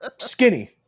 skinny